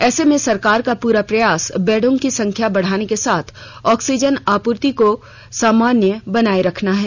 ऐसे में सरकार का पूरा प्रयास बेडों की संख्या बढ़ाने के साथ ऑक्सीजन आपूर्ति को सामान्य बनाए रखना है